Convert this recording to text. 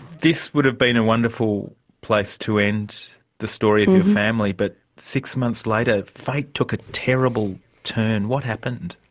this would've been a wonderful place to end the story of your family, but six months later ah fate took a terrible turn. what happened?